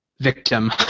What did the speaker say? victim